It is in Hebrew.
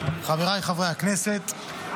חבריי חברי הכנסת,